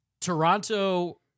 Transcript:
Toronto